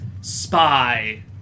spy